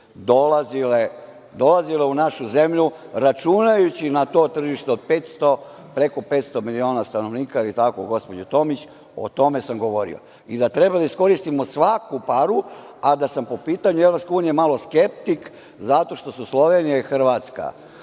dolazile u našu zemlju računajući na to tržište od preko 500 miliona stanovnika, je li tako gospođo Tomić, o tome sam govori. Govorio sam da treba da iskoristimo svaku paru, a da sam po pitanju EU malo skeptik zato što su Slovenija i Hrvatska,